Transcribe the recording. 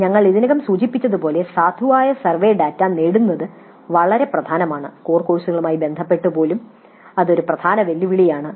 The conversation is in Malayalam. ഞങ്ങൾ ഇതിനകം സൂചിപ്പിച്ചതുപോലെ സാധുവായ സർവേ ഡാറ്റ നേടുന്നത് വളരെ പ്രധാനമാണ് കോർ കോഴ്സുകളുമായി ബന്ധപ്പെട്ട് പോലും ഇത് ഒരു പ്രധാന വെല്ലുവിളിയാണ്